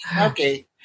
Okay